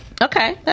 Okay